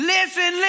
Listen